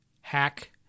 hack